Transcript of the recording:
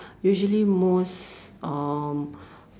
usually most um